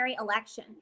election